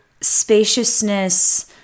Spaciousness